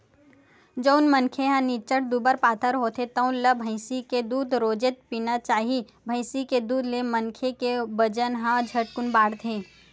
जउन मनखे ह निच्चट दुबर पातर होथे तउन ल भइसी के दूद रोजेच पीना चाही, भइसी के दूद ले मनखे के बजन ह झटकुन बाड़थे